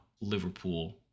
Liverpool